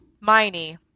Miney